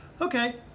okay